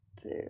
two